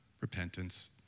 repentance